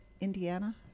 Indiana